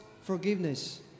forgiveness